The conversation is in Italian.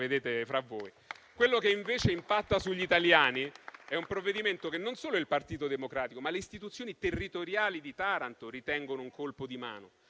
Quello che invece impatta sugli italiani è un provvedimento che, non solo il Partito Democratico, ma le istituzioni territoriali di Taranto ritengono un colpo di mano,